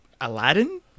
Aladdin